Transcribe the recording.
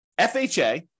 FHA